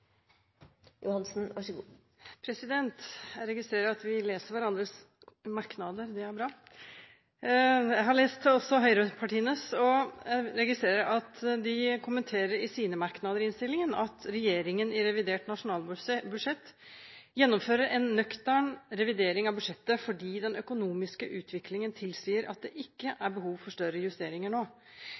bra. Jeg har også lest høyrepartienes, og jeg registrerer at de i sine merknader i innstillingen kommenterer at regjeringen i revidert nasjonalbudsjett gjennomfører «en nøktern revidering av budsjettet fordi den økonomiske utviklingen tilsier at det ikke er behov for større justeringer nå».